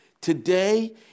Today